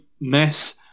mess